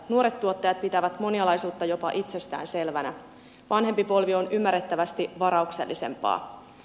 nuoret tuottajat pitävät monialaisuutta jopa itsestäänselvänä vanhempi polvi on ymmärrettävästi varauksellisempaa